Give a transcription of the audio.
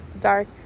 Dark